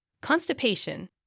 Constipation